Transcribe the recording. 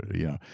yeah.